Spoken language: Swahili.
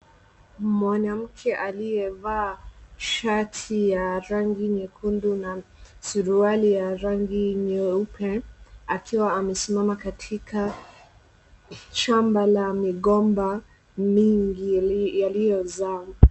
Mwanamke alievaa shati ya rangi nyekunda na suruali ya rangi nyeupe akiwa amesimama katika shamba la migomba mingi yaliyo zaa.